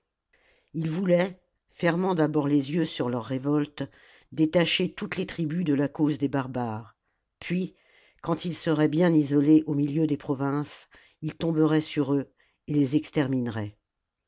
ii voulait fermant d'abord les yeux sur leur révolte détacher toutes les tribus de la cause des barbares puis quand ils seraient bien isolés au milieu des provinces il tom berait sur eux et les exterminerait